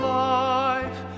life